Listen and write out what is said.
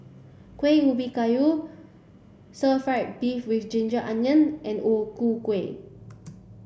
Kueh Ubi Kayu stir fried beef with ginger onion and O Ku Kueh